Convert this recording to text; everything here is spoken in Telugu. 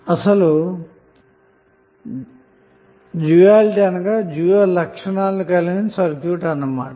అసలు డ్యూయాలిటీ అంటేనే డ్యూయల్ లక్షణాలు కలిగిన సర్క్యూట్ అన్న మాట